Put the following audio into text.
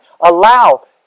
allow